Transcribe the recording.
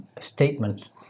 statements